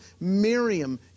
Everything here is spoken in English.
Miriam